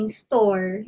store